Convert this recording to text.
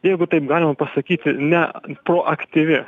jeigu taip galima pasakyti ne proaktyvi